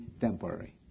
temporary